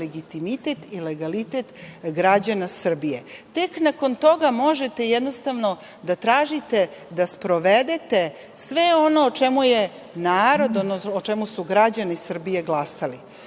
legitimitet i legalitet građana Srbije, tek nakon toga možete da tražite da sprovedete sve ono o čemu je narod, odnosno o čemu su građani Srbije glasali.